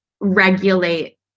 regulate